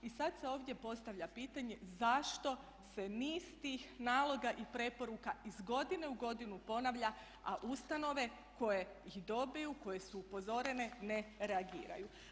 I sada se ovdje postavlja pitanje zašto se niz tih naloga i preporuka iz godine u godinu ponavlja a ustanove koje ih dobiju, koje su upozorene ne reagiraju?